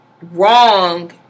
wrong